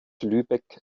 lübeck